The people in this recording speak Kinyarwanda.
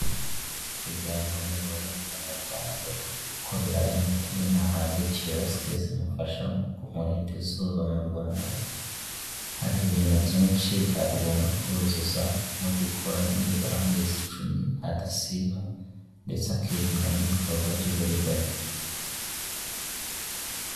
Kugira ngo nibura umunyamuryango ukorera Emutiyene ahabwe kiyosike zimufasha mu kumurinda izuba mu Rwanda, hari ibintu byinshi agomba kuzuza nko gukora nibura amezi icumi adasiba ndetse akirinda n'ibikorwa by'uburiganya.